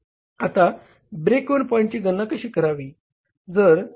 आता break even पॉईंटची गणना कशी करावी